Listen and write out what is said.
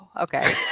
Okay